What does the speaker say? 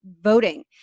voting